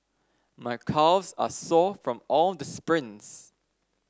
my calves are sore from all the sprints